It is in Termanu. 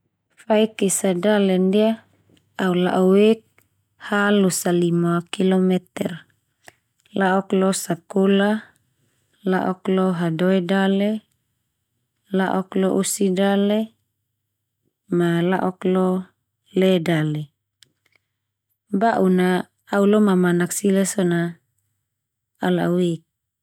Faik esa dalen ndia au la'o ek ha losa lima kilometer. La'ok lo sakola, la'ok lo hadoe dale, la'ok lo osi dale, ma la'ok lo le dale. Baun na au lo mamanak sila so na au la'o ek.